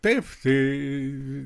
taip tai